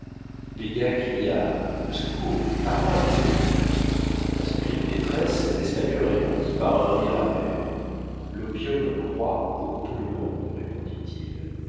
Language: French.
cria au secours a moi mes amis a ce cri de détresse l'espagnol répondit par un rire amer l'opium croît pour tout le monde